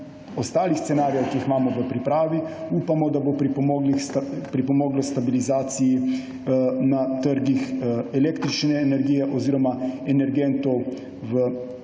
ostalih scenarijev, ki jih imamo v pripravi, upamo, da bo to pripomoglo k stabilizaciji cen na trgih električne energije oziroma energentov v